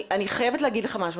אני חייבת להגיד לך משהו,